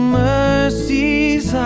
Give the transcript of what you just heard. mercies